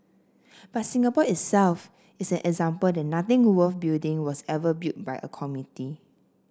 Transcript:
but Singapore itself is an example that nothing worth building was ever built by a committee